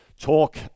talk